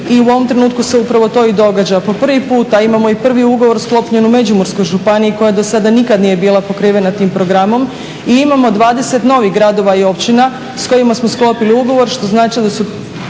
I u ovom trenutku se upravo to i događa. Po prvi puta imamo i prvi ugovor sklopljen u Međimurskoj županiji koja do sada nikad nije bila pokrivena tim programom i imamo 20 novih gradova i općina s kojima smo sklopili ugovor što znači da su